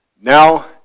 now